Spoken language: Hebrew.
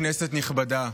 כנסת נכבדה,